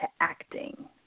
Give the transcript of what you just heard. acting